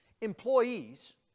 Employees